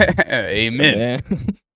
Amen